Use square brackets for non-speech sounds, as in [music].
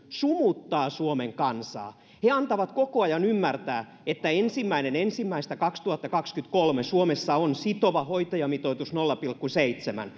sumuttaa suomen kansaa he antavat koko ajan ymmärtää että ensimmäinen ensimmäistä kaksituhattakaksikymmentäkolme suomessa on sitova hoitajamitoitus nolla pilkku seitsemän [unintelligible]